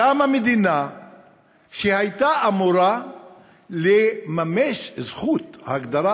קמה מדינה שהייתה אמורה לממש את זכות ההגדרה